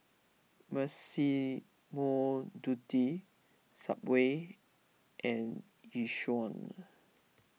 Massimo Dutti Subway and Yishion